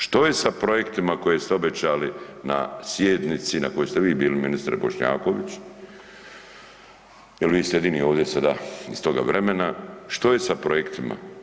Što je sa projektima koje ste obećali na sjednici na kojoj ste vi bili ministre Bošnjaković jer vi ste jedini ovdje sada iz toga vremena, što je sa projektima?